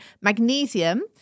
Magnesium